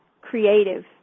creative